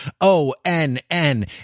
O-N-N